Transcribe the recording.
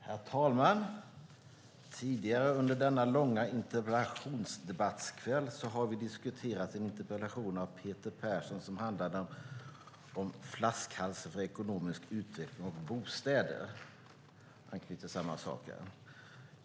Herr talman! Tidigare under denna långa interpellationsdebattkväll har vi diskuterat en interpellation av Peter Persson som handlade om flaskhals för ekonomisk utveckling och bostäder.